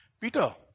Peter